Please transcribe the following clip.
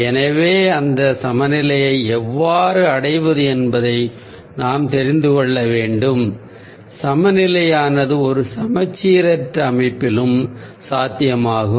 எனவே அந்த சமநிலையை எவ்வாறு அடைவது என்பதை நாம் தெரிந்து கொள்ள வேண்டும் சமநிலையானது ஒரு சமச்சீரற்ற அமைப்பிலும் சாத்தியமாகும்